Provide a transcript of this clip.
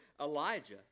Elijah